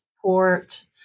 support